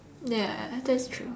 ya that's true